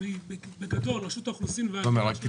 רק רגע,